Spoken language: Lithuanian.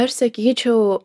aš sakyčiau